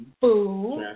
food